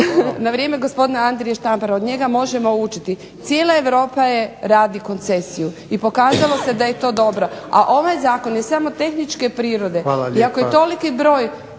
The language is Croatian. na vrijeme gospodina Andrije Štampara. Od njega možemo učiti. Cijela Europa radi koncesiju i pokazalo se da je to dobro. A ovaj zakon je samo tehničke prirode. I ako je